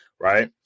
right